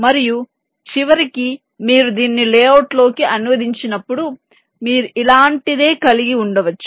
మరియు చివరికి మీరు దీన్ని లేఅవుట్లోకి అనువదించినప్పుడు మీరు ఇలాంటిదే కలిగి ఉండవచ్చు